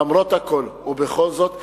למרות הכול ובכל זאת,